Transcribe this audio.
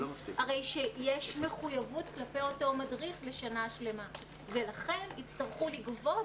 הרי שיש מחויבות כלפי אותו מדריך לשנה שלמה ולכן יצטרכו לגבות